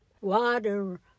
water